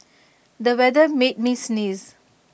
the weather made me sneeze